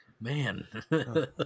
Man